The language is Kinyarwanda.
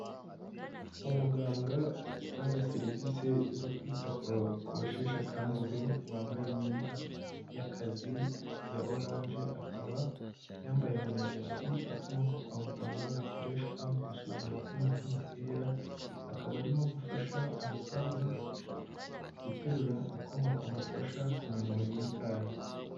Umuganga utanga serivisi zo kwita ku basheshe akanguhe wambaye imyenda y'akazi ya oranje, akaba yambaye mu ijosi akuma ko kwa muganga gakoreshwa mu gusuzuma uko umutima utera, akaba arimo gufasha umusaza guterura akuma kamufasha kunanura imikaya.